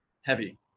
heavy